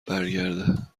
برگرده